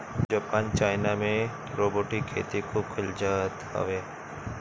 Japan China में robotic खेती खूब कईल जात हवे